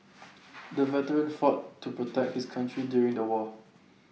the veteran fought to protect his country during the war